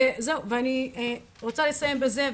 וזהו, אני רוצה לסיים בזה.